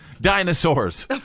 dinosaurs